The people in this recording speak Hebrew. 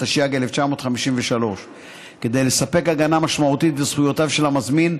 התשי"ג 1953. כדי לספק הגנה משמעותית לזכויותיו של המזמין,